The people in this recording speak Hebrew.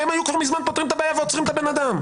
והם היו כבר מזמן פותרים את הבעיה ועוצרים את הבן אדם.